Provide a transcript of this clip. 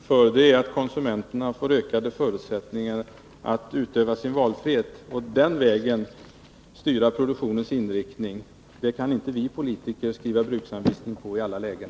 Herr talman! Vi vill skapa förutsättningar för att ge konsumenterna ökade möjligheter att utöva sin valfrihet och den vägen styra produktionens inriktning. Vi politiker kan inte skriva bruksanvisning för den i alla lägen.